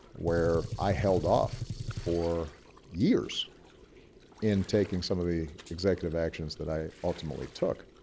where i held off for years in taking some of the executive actions that i ultimately took,